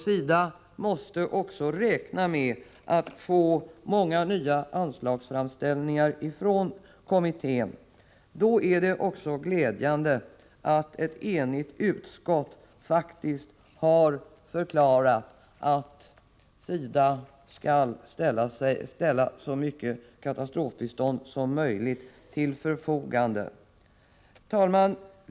SIDA måste också räkna med att få många nya anslagsframställningar från kommittén. Därför är det också glädjande att ett enigt utskott faktiskt har förklarat att SIDA skall ställa så mycket katastrofbistånd som möjligt till förfogande. Herr talman!